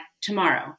tomorrow